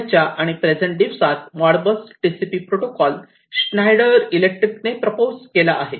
सध्याच्या प्रेझेंट दिवसात Modbus TCP protocol Schneider Electric ने प्रपोज केला आहे